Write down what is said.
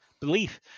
belief